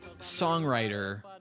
songwriter